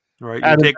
Right